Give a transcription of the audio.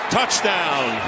Touchdown